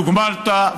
תוגמלת,